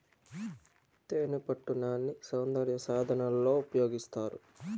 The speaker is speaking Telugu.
తేనెపట్టు నాన్ని సౌందర్య సాధనాలలో ఉపయోగిస్తారు